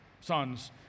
sons